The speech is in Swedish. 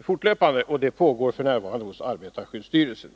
fortlöpande. Ett sådant arbete pågår f. n. hos arbetarskyddsstyrelsen.